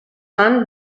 mann